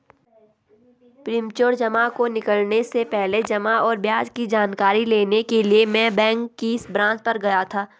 premature जमा को निकलने से पहले जमा और ब्याज की जानकारी लेने के लिए मैं बैंक की ब्रांच पर गया था